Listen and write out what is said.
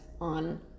on